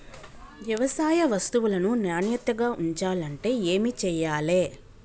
వ్యవసాయ వస్తువులను నాణ్యతగా ఉంచాలంటే ఏమి చెయ్యాలే?